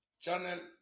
channel